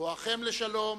בואכם לשלום